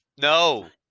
No